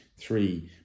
three